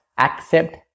Accept